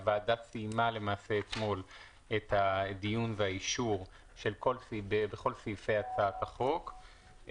הוועדה סיימה אתמול את הדיון והאישור של כל סעיפי הצעת החוק.